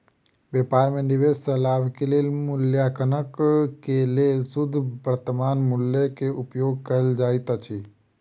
व्यापार में निवेश सॅ लाभ के मूल्याङकनक लेल शुद्ध वर्त्तमान मूल्य के उपयोग कयल जाइत अछि